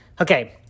Okay